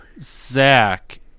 Zach